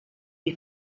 die